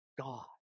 God